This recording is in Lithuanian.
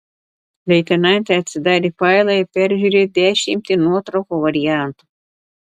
leitenantė atsidarė failą ir peržiūrėjo dešimtį nuotraukų variantų